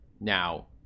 Now